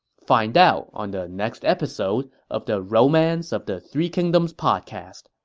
find out on the next episode of the romance of the three kingdoms podcast.